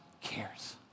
cares